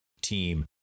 team